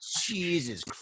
Jesus